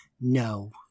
no